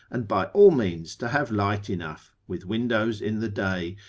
and by all means to have light enough, with windows in the day,